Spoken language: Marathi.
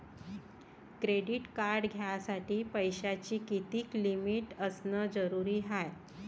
क्रेडिट कार्ड घ्यासाठी पैशाची कितीक लिमिट असनं जरुरीच हाय?